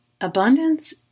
Abundance